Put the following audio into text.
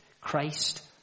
Christ